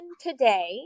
today